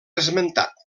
esmentat